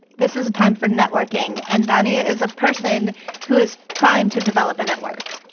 this is a time for networking. and danny is a person who is primed to develop a network.